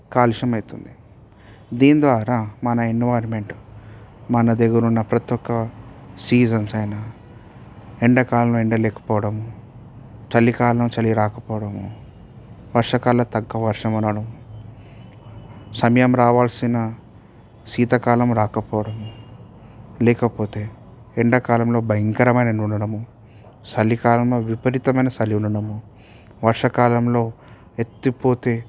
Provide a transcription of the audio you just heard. కాలుష్యం అవుతుంది దీని ద్వారా మన ఎన్విరాన్మెంట్ మన దగ్గర ఉన్న ప్రతి ఒక్క సీజన్స్ అయిన ఎండాకాలం ఎండ లేకపోవడం చలికాలం చలి రాకపోవడము వర్షాకాలం తగ్గ వర్షం రావడం సమయం రావాల్సిన సీతకాలం రాకపోవడం లేకపోతే ఎండాకాలంలో భయంకరమైన ఎండ ఉండడము చలికాలంలో విపరీతమైన చలి ఉండడము వర్షాకాలంలో ఎత్తిపోతే